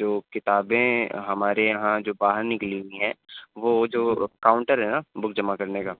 جو کتابیں ہمارے یہاں جو باہر نکلی ہوئی ہیں وہ جو کاؤنٹر ہے نا بک جمع کرنے کا